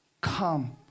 come